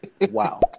Wow